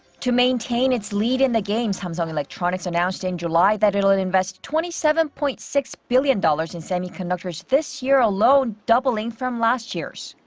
to maintain its lead in the game, samsung electronics announced in july that it will invest twenty seven point six billion dollars in semiconductors this year alone, doubling from last year's.